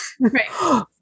right